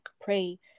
pray